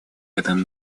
этом